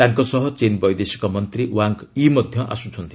ତାଙ୍କ ସହ ଚୀନ ବୈଦେଶିକ ମନ୍ତ୍ରୀ ୱାଙ୍ଗ୍ ୟି ମଧ୍ୟ ଆସୁଛନ୍ତି